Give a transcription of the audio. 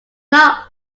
not